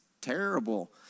terrible